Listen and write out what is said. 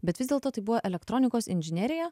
bet vis dėlto tai buvo elektronikos inžinerija